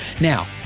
Now